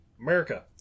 America